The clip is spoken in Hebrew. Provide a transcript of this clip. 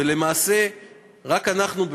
ולמעשה רק אנחנו,